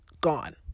Gone